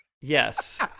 Yes